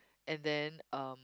and then um